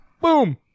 boom